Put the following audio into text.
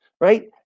right